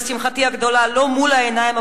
לשמחתי הגדולה לא מול העיניים,